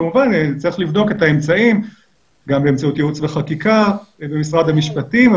כמובן צריך לבדוק את האמצעים גם באמצעות ייעוץ וחקיקה ובמשרד המשפטים.